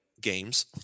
games